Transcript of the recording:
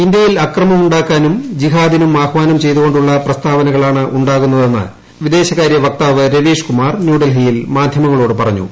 ഇന്ത്യയിൽ അക്രമം ഉ ാക്കാനും ജിഹാദിനും ആഹ്വാനം ചെയ്തുകൊ ുള്ള പ്രസ്തവനകളാണ് ാകുന്നതെന്ന് വിദേശകാരൃ വക്താവ് രവീഷ്കുമാർ ഉ ന്യൂഡൽഹിയിൽ മാധ്യമങ്ങളോട് പറഞ്ഞു